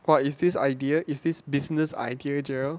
!wah! is this idea is this business idea jarrell